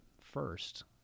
first